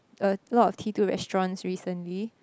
a lot of T two restaurants recently